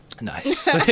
Nice